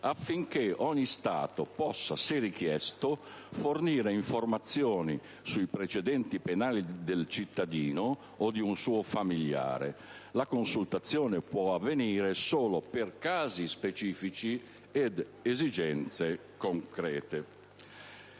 affinché ogni Stato possa, se richiesto, fornire informazioni sui precedenti penali del cittadino o di un suo familiare. La consultazione può avvenire solo per casi specifici ed esigenze concrete.